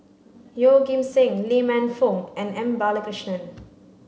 Yeoh Ghim Seng Lee Man Fong and M Balakrishnan